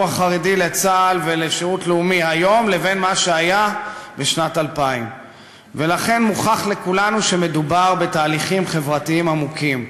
החרדי לצה"ל ולשירות לאומי היום למה שהיה בשנת 2000. ולכן מוכח לכולנו שמדובר בתהליכים חברתיים עמוקים.